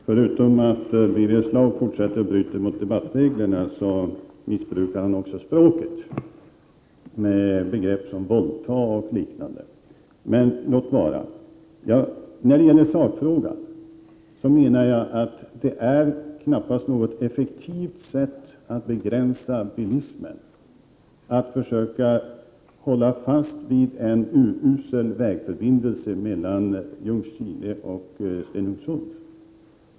Fru talman! Förutom att Birger Schlaug fortsätter att bryta mot debattreglerna, missbrukar han också språket när han använder begrepp som våldta och liknande. Men låt vara. När det gäller sakfrågan menar jag att det knappast är effektivt att begränsa bilismen genom att hålla fast vid en urusel vägförbindelse mellan Ljungskile och Stenungsund.